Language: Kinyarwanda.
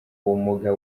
ubumuga